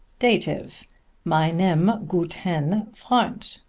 dative meinem guten freund,